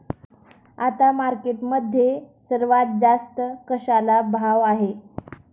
आता मार्केटमध्ये सर्वात जास्त कशाला भाव आहे?